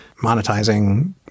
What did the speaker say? monetizing